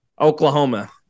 Oklahoma